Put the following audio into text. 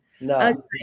No